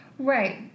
Right